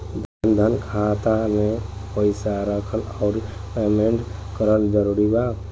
जनधन खाता मे पईसा रखल आउर मेंटेन करल जरूरी बा?